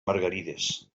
margarides